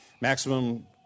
maximum